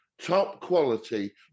top-quality